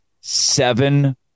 seven